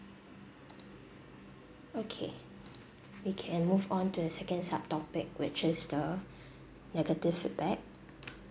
okay we can move on to the second subtopic which is the negative feedback